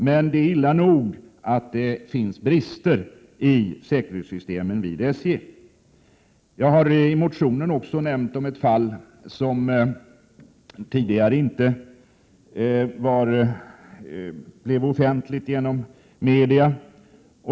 Men det är illa nog att det finns brister i säkerhetssystemet vid SJ. Jag har i motionen också omnämnt ett fall som tidigare inte blivit offentligt genom media.